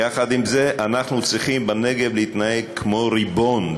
אנחנו צריכים בנגב להתנהג כמו ריבון,